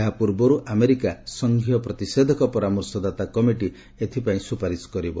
ଏହା ପୂର୍ବରୁ ଆମେରିକା ସଙ୍ଘୀୟ ପ୍ରତିଷେଧକ ପରାମର୍ଶ ଦାତା କମିଟି ଏଥିପାଇଁ ସୁପାରିଶ କରିବ